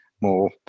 more